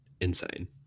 insane